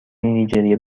نیجریه